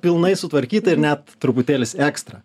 pilnai sutvarkyta ir net truputėlis ekstra